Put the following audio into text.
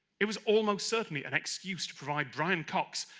it was almost certainly an excuse to provide brian cox